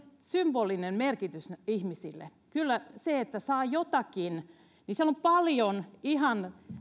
symbolinen merkitys ihmisille että saa jotakin siellä on paljon ihan